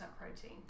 protein